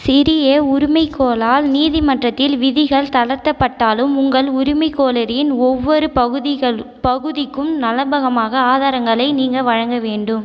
சிறிய உரிமைகோரல் நீதிமன்றத்தில் விதிகள் தளர்த்தப்பட்டாலும் உங்கள் உரிமைகோரலின் ஒவ்வொரு பகுதிகளும் பகுதிக்கும் நலபகமாக ஆதாரங்களை நீங்கள் வழங்க வேண்டும்